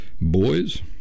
Boys